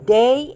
day